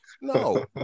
No